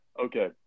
okay